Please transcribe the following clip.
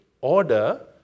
order